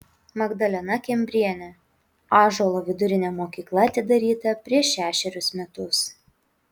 magdalena kembrienė ąžuolo vidurinė mokykla atidaryta prieš šešerius metus